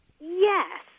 Yes